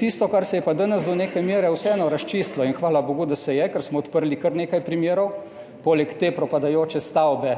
Tisto, kar se je pa danes do neke mere vseeno razčistilo in hvala bogu, da se je, ker smo odprli kar nekaj primerov, poleg te propadajoče stavbe